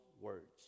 words